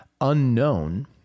unknown